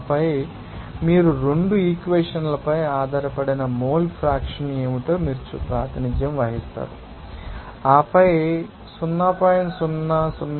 ఆపై మీరు రెండుఈక్వెవెషన్ాలపై ఆధారపడిన మోల్ ఫ్రాక్షన్ ఏమిటో మీరు ప్రాతినిధ్యం వహిస్తారు ఆపై 0